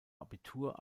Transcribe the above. abitur